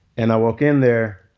and i walk in there